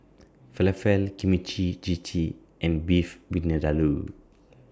Falafel Kimchi Jjigae and Beef Vindaloo